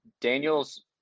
Daniels